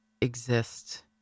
exist